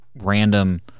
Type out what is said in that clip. random